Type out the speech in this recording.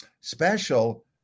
special